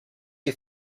you